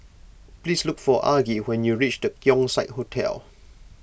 please look for Argie when you reach the Keong Saik Hotel